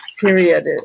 period